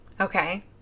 Okay